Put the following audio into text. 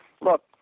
look